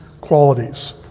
qualities